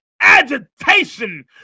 agitation